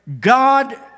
God